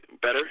better